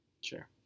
Sure